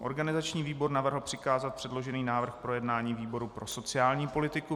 Organizační výbor navrhl přikázat předložený návrh k projednání výboru pro sociální politiku.